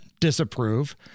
disapprove